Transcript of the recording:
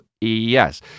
Yes